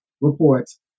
reports